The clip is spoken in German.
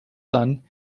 dann